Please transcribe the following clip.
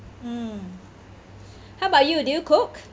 mm how about you do you cook